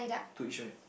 two each right